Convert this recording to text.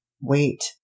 wait